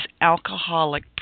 alcoholic